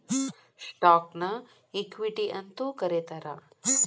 ಸ್ಟಾಕ್ನ ಇಕ್ವಿಟಿ ಅಂತೂ ಕರೇತಾರ